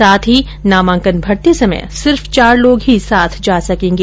साथ ही नामांकन भरते समय सिर्फ चार लोग ही साथ जा सकेंगे